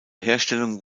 herstellung